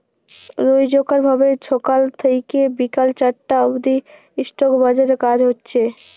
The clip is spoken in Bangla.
রইজকার ভাবে ছকাল থ্যাইকে বিকাল চারটা অব্দি ইস্টক বাজারে কাজ হছে